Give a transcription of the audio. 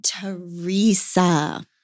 Teresa